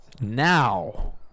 Now